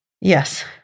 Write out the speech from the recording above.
Yes